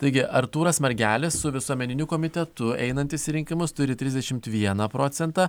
taigi artūras margelis su visuomeniniu komitetu einantys į rinkimus turi trisdešimt vieną procentą